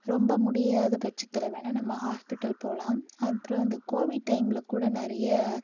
ரொம்ப முடியாத பட்சத்தில் வேணால் நம்ம ஹாஸ்பிட்டல் போகலாம் அப்புறம் அந்த கோவிட் டைமில் கூட நிறைய